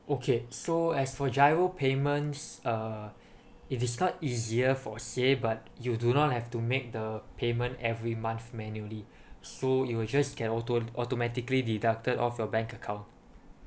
okay so as for GIRO payments uh it is count easier for say but you do not have to make the payment every month manually so you'll just can auto automatically deducted off your bank account